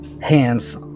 hands